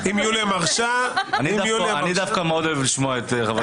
אני אשמור לך את ההסתייגות